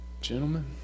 gentlemen